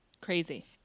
Crazy